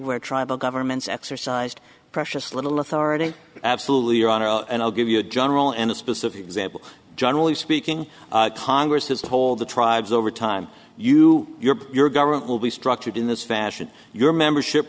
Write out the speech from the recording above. where tribal governments exercised precious little authority absolutely your honor and i'll give you a general and a specific example generally speaking congress has told the tribes over time you your government will be structured in this fashion your membership